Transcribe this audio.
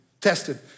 tested